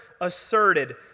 asserted